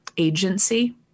agency